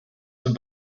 zum